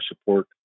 support